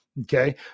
Okay